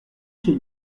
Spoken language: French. chez